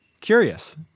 curious